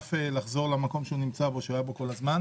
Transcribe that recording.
לענף לחזור למקום שהוא היה בו כל הזמן.